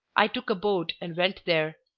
i took a boat and went there.